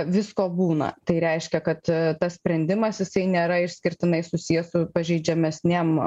visko būna tai reiškia kad tas sprendimas jisai nėra išskirtinai susijęs su pažeidžiamesnėm